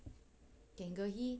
gangehi